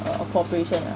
orh cooperation ah